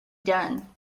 done